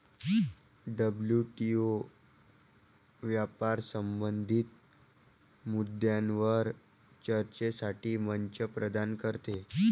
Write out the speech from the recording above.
WTO व्यापार संबंधित मुद्द्यांवर चर्चेसाठी मंच प्रदान करते